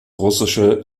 russische